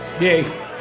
Yay